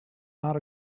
not